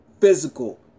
physical